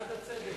בעד הצדק.